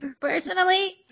personally